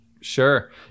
Sure